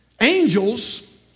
Angels